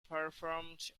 performed